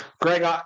Greg